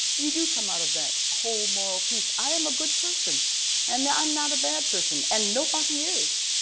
you do come out of that whole moral piece i am a good person and i'm not a bad person and nobody is,